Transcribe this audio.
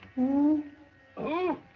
who who?